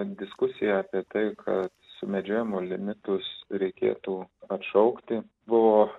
diskusija apie tai kad sumedžiojimo limitus reikėtų atšaukti buvo